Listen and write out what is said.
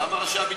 למה ראשי הביטחון,